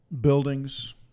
buildings